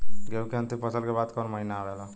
गेहूँ के अंतिम फसल के बाद कवन महीना आवेला?